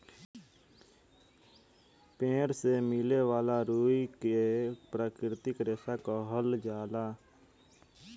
पेड़ से मिले वाला रुई के प्राकृतिक रेशा कहल जाला